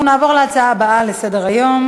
אנחנו נעבור להצעה הבאה לסדר-היום: